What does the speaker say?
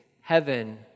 heaven